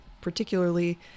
particularly